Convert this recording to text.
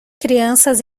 crianças